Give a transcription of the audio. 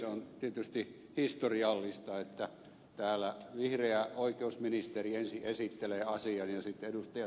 on tietysti historiallista että täällä vihreä oikeusministeri ensin esittelee asian ja sitten ed